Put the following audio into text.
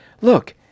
look